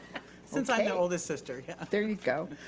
since i'm the oldest sister, yeah. there you go.